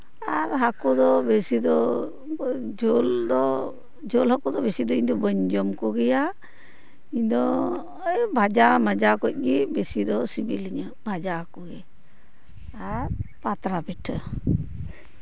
ᱟᱨ ᱦᱟᱹᱠᱩ ᱫᱚ ᱵᱮᱥᱤ ᱫᱚ ᱨᱟᱥᱮ ᱫᱚ ᱨᱟᱥᱮ ᱦᱟᱠᱩ ᱫᱚ ᱵᱮᱥᱤ ᱫᱚ ᱤᱧ ᱫᱚ ᱵᱟᱹᱧ ᱡᱚᱢ ᱠᱚᱜᱮᱭᱟ ᱤᱧ ᱫᱚ ᱳᱭ ᱵᱷᱟᱡᱟᱼᱢᱟᱡᱟ ᱠᱚ ᱜᱮ ᱵᱮᱥᱤ ᱫᱚ ᱥᱤᱵᱤᱞᱤᱧᱟᱹ ᱵᱷᱟᱡᱟ ᱦᱟᱠᱩ ᱜᱮ ᱟᱨ ᱯᱟᱛᱲᱟ ᱯᱤᱴᱷᱟᱹ